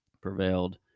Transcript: prevailed